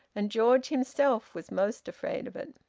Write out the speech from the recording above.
and george himself was most afraid of it.